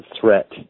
threat